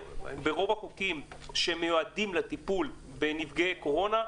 ברוב החוקים שמיועדים לטיפול בנפגעי קורונה,